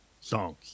songs